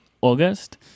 August